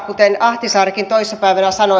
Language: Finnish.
kuten ahtisaarikin toissa päivänä sanoi